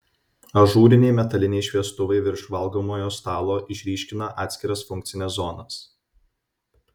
ažūriniai metaliniai šviestuvai virš valgomojo stalo išryškina atskiras funkcines zonas